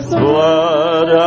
blood